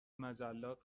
مجلات